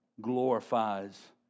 glorifies